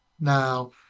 Now